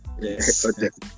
Yes